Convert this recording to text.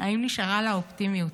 האם נשארה לה האופטימיות,